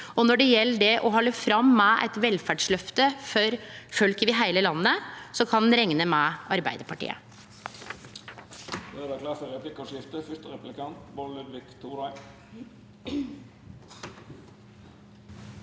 når det gjeld det å halde fram med eit velferdsløft for folk over heile landet, kan ein rekne med Arbeidarpartiet.